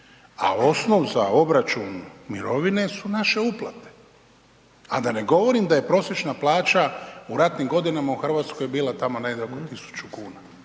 a osnov za obračun mirovine su naše uplate. A da ne govorim da je prosječna plaća u ratnim godinama u Hrvatskoj bila tamo ne zna, tisuću kuna.